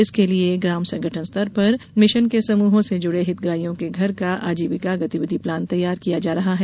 इसके लिये ग्राम संगठन स्तर पर मिशन के समूहों से जुड़े हितग्राहियों के घर का आजीविका गतिविधि प्लान तैयार किया जा रहा है